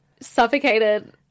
suffocated